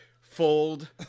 fold